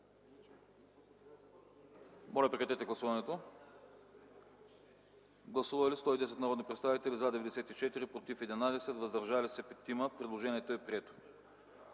Моля, режим на гласуване. Гласували 93 народни представители: за 75, против 8, въздържали се 10. Предложението е прието.